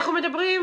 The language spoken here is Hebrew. כן.